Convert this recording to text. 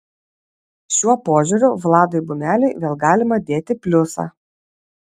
šiuo požiūriu vladui bumeliui vėl galima dėti pliusą